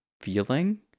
feeling